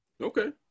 Okay